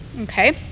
okay